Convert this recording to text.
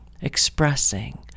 expressing